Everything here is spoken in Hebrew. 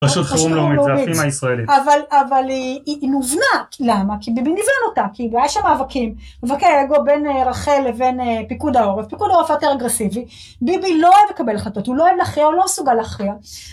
רשות חירום לאומית זה הפימה הישראלית אבל היא נוונה למה כי ביבי ניוון אותה. כי היה שם מאבקים, מאבקי אגו בין רח"ל לבין פיקוד העורף. פיקוד העורף היה יותר אגרסיבי ביבי לא אוהב לקבל החלטות הוא לא אוהב להכריע הוא לא מסוגל להכריע